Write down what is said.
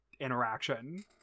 interaction